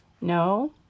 No